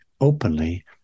openly